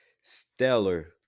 stellar